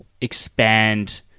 expand